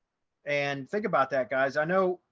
and think about that, guys. i know.